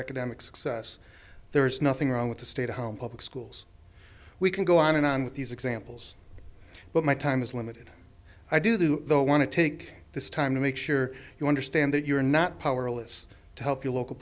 academic success there is nothing wrong with the state home public schools we can go on and on with these examples but my time is limited i do though want to take this time to make sure you understand that you're not powerless to help your local